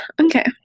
Okay